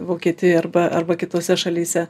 vokietijai arba arba kitose šalyse